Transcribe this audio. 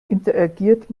interagiert